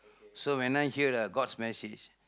so when I hear the god's message